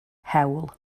hewl